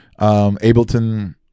Ableton